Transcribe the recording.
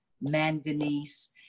manganese